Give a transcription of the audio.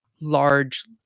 large